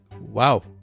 wow